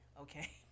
Okay